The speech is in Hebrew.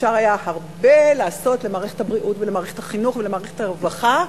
אפשר היה לעשות הרבה למערכת הבריאות ולמערכת החינוך ולמערכת הרווחה,